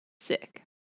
Sick